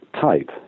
type